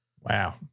wow